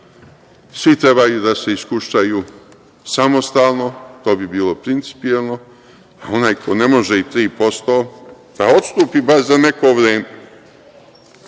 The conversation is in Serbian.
svi trebaju da se iskušaju samostalno, to bi bio principijelno, a onaj ko ne može i 3% da odstupi bar za neko vreme. Što